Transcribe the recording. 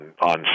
on